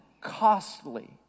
costly